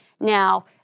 now